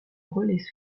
relais